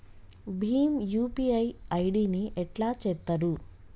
Bhim UPI ID ని ఎట్లా చేత్తరు?